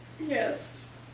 yes